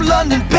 London